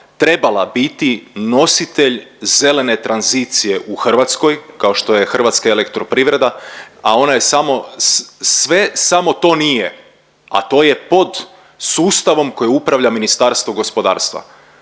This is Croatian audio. trebala biti nositelj zelene tranzicije u Hrvatskoj kao što je HEP, a ona je samo sve samo to nije, a to je pod sustavom koje upravlja Ministarstvo gospodarstvo,